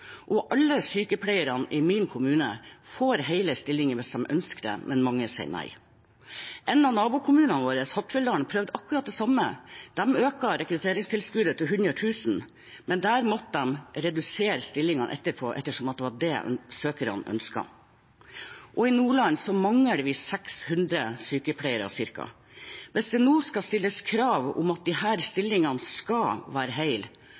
Alle sykepleierne i min kommune får hele stillinger hvis de ønsker det, men mange sier nei. En av nabokommunene våre, Hattfjelldal, prøvde akkurat det samme. De økte rekrutteringstilskuddet til 100 000 kr, men der måtte de redusere stillingene etterpå ettersom det var det søkerne ønsket. I Nordland mangler vi ca. 600 sykepleiere. Hvis det nå skal stilles krav om at disse stillingene skal være